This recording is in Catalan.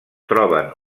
troben